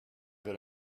that